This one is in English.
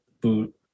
boot